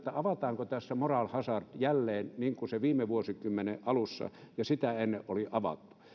avataanko tässä moral hazard jälleen niin kuin se viime vuosikymmenen alussa ja sitä ennen oli avattu